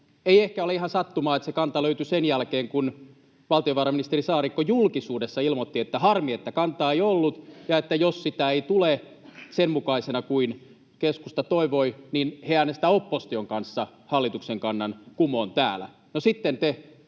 Ei ehkä ole ihan sattumaa, että se kanta löytyi sen jälkeen, kun valtiovarainministeri Saarikko julkisuudessa ilmoitti, että harmi, että kantaa ei ollut ja että jos sitä ei tule sen mukaisena kuin keskusta toivoi, niin he äänestävät opposition kanssa hallituksen kannan kumoon täällä. No, sitten te